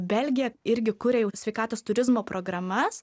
belgija irgi kuria jau sveikatos turizmo programas